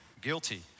guilty